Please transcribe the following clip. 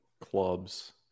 clubs